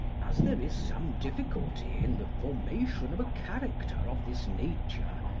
as there is some difficulty in the formation of a character of this nature,